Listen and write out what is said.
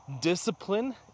discipline